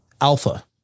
alpha